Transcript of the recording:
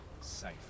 safe